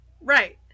Right